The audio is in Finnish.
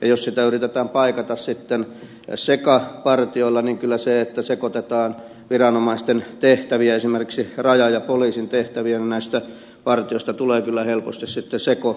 jos sitä yritetään paikata sekapartioilla niin kyllä sillä että sekoitetaan viranomaisten tehtäviä esimerkiksi rajan ja poliisin tehtäviä näistä partioista tulee kyllä helposti sekopartioita